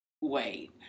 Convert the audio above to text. Wait